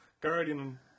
guardian